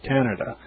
Canada